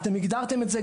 אתם הגדרתם את זה,